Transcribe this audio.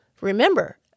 Remember